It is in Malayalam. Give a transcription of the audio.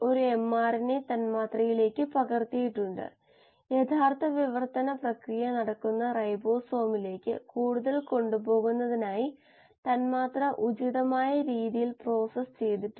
ഈ നിർദ്ദിഷ്ട വളർച്ചാ നിരക്ക് സ്ഥിരമായ പ്രവർത്തനത്തിലെ നേർപ്പിക്കൽ നിരക്കിന് തുല്യമാണെന്ന് പറഞ്ഞു